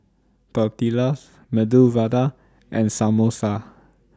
Tortillas Medu Vada and Samosa